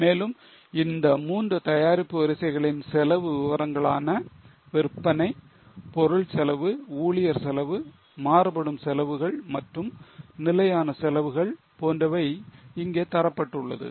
மேலும் இந்த 3 தயாரிப்பு வரிசைகளின் செலவு விபரங்களான விற்பனை பொருள் செலவு ஊழியர் செலவு மாறுபடும் செலவுகள் மற்றும் நிலையான செலவுகள் போன்றவை இங்கே தரப்பட்டுள்ளது